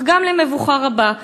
אך גם למבוכה רבה,